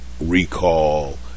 recall